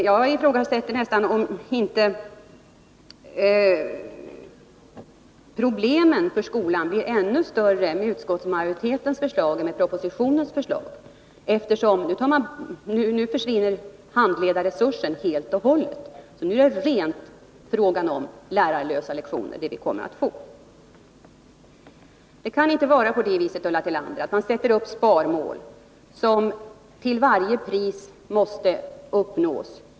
Jag ifrågasätter nästan om inte problemen för skolan blir ännu större med utskottsmajoritetens än med propositionens förslag, eftersom handledarresursen nu helt och hållet försvinner — nu är det fråga om rent lärarlösa lektioner utan handledning. Man kan inte, Ulla Tillander, sätta upp sparmål som till varje pris måste uppnås.